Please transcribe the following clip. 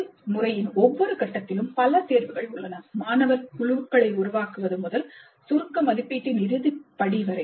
செயல்முறையின் ஒவ்வொரு கட்டத்திலும் பல தேர்வுகள் உள்ளன மாணவர் குழுக்களை உருவாக்குவது முதல் சுருக்க மதிப்பீட்டின் இறுதி படி வரை